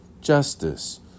justice